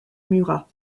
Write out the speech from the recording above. murat